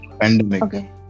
pandemic